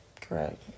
correct